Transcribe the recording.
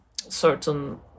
certain